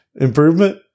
improvement